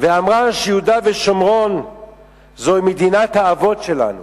ואמרה שיהודה ושומרון זו מדינת האבות שלנו.